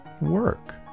work